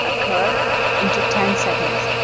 ah curve into ten segments.